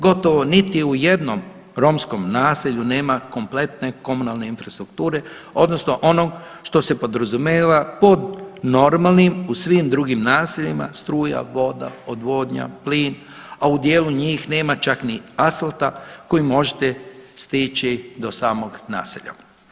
Gotovo niti u jednom romskom naselju nema kompletne komunalne infrastrukture odnosno onog što se podrazumijeva pod normalnim u svim drugim naseljima struja, voda, odvodnja, plin, a u dijelu njih nema čak ni asfalta kojim možete stići do samog naselja.